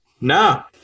No